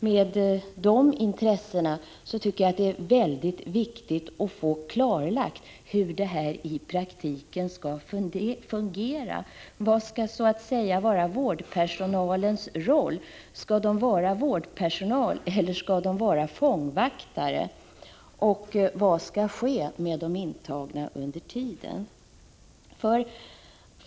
Med hänsyn till dessa intressen är det mycket viktigt att vi får klarlagt hur det hela skall fungera i praktiken. Vad skall vårdpersonalen ha för roll? Skall den vara vårdpersonal eller fångvaktare? Vad skall ske med de intagna under den s.k. förvaringstiden?